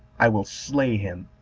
i will slay him,